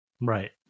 Right